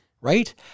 right